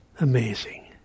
Amazing